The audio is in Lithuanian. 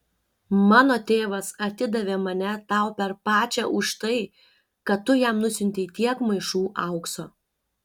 mano tėvas atidavė mane tau per pačią už tai kad tu jam nusiuntei tiek maišų aukso